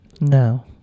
No